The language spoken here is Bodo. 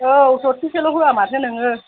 औ थरथिंसेल' होया माथो नोङो